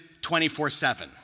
24-7